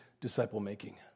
disciple-making